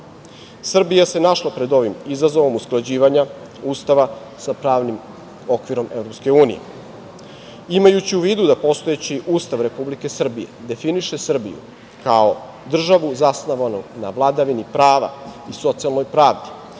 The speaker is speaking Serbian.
Srbija se našla pred ovim izazovom usklađivanja Ustava sa pravnim okvirom EU.Imajući u vidu da postojeći Ustav Republike Srbije definiše Srbiju kao državu zasnovanu na vladavini prava i socijalnoj pravdi,